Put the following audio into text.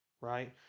right